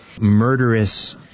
murderous